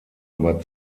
über